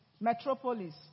Metropolis